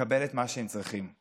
לקבל את מה שהם צריכים.